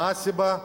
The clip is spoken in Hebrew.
מה הסיבה?